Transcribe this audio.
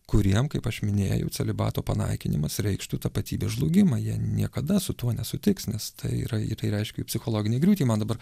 kuriem kaip aš minėjau celibato panaikinimas reikštų tapatybės žlugimą jie niekada su tuo nesutiks nes tai yra ir tai reiškia psichologinę griūtį man dabar